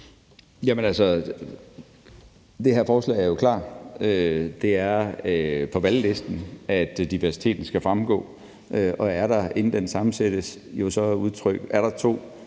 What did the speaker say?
Det her forslag er jo klart. Det er på valglisten, at diversiteten skal fremgå, og er der to, der står lige, og den ene